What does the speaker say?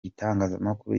itangazamakuru